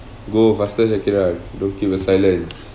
go faster shakira don't keep a silence